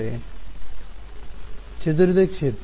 ವಿದ್ಯಾರ್ಥಿ ಚದುರಿದ ಕ್ಷೇತ್ರ